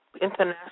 international